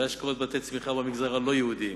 והשקעות בתי צמיחה במגזר הלא-יהודי,